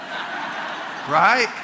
right